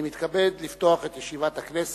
אני מתכבד לפתוח את ישיבת הכנסת.